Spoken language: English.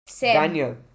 Daniel